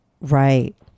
Right